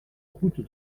route